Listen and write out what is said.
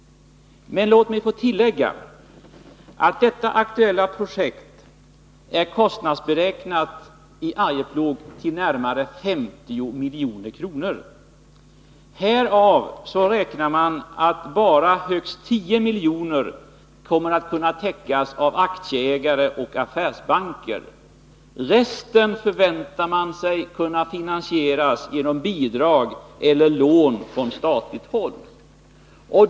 Låt mig få tillägga att det aktuella projektet i Arjeplog är kostnadsberäknat till närmare 50 milj.kr. Härav beräknas bara högst 10 milj.kr. komma att täckas av aktieägare och affärsbanker; resten förväntas kunna finansieras genom bidrag eller lån från statligt håll.